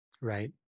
right